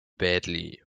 badly